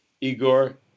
Igor